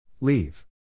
Leave